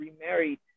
remarried